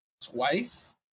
twice